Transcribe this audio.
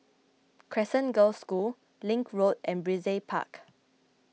Crescent Girls' School Link Road and Brizay Park